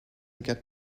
get